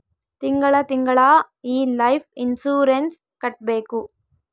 ತಿಂಗಳ ತಿಂಗಳಾ ಈ ಲೈಫ್ ಇನ್ಸೂರೆನ್ಸ್ ಕಟ್ಬೇಕು